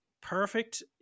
perfect